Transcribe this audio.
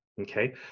Okay